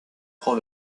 prend